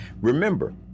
Remember